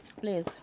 Please